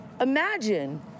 Imagine